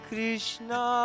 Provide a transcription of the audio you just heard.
Krishna